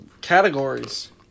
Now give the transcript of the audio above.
categories